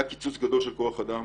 היה קיצוץ גדול של כוח אדם